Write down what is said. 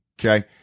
Okay